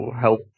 help